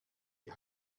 die